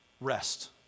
Rest